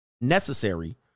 necessary